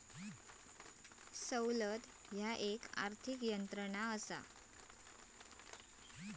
सवलत ह्या एक आर्थिक यंत्रणा असा